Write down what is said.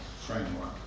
framework